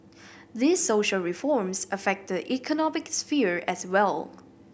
these social reforms affect the economic sphere as well